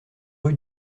rue